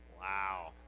wow